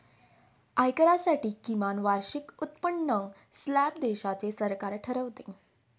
आयकरासाठी किमान वार्षिक उत्पन्न स्लॅब देशाचे सरकार ठरवते